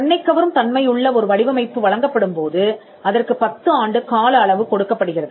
கண்ணைக்கவரும் தன்மையுள்ள ஒரு வடிவமைப்பு வழங்கப்படும்போது அதற்குப் பத்து ஆண்டு கால அளவு கொடுக்கப்படுகிறது